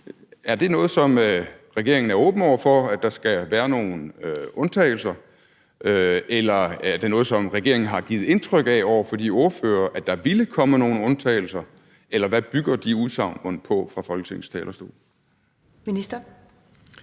Er det noget, som regeringen er åben over for: at der skal være nogle undtagelser? Eller har regeringen over for de ordførere givet indtryk af, at der ville komme nogle undtagelser? Eller hvad bygger de udsagn fra Folketingets talerstol mon på?